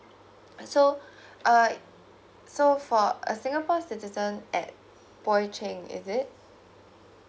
so uh so for a singapore citizen at poi ching is it